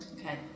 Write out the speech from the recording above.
Okay